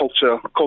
culture